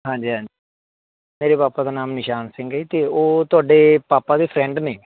ਹਾਂਜੀ ਹਾਂਜੀ ਮੇਰੇ ਪਾਪਾ ਦਾ ਨਾਮ ਨਿਸ਼ਾਨ ਸਿੰਘ ਹੈ ਅਤੇ ਉਹ ਤੁਹਾਡੇ ਪਾਪਾ ਦੇ ਫਰੈਂਡ ਨੇ